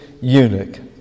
eunuch